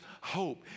hope